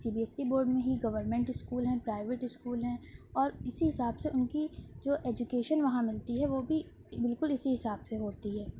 سی B S E board میں ہی government school ہیں پرائیویٹ اسکول ہیں اور اسی حساب سے ان کی جو ایجوکیشن وہاں ملتی ہے وہ بھی بالکل اسی حساب سے ہوتی ہے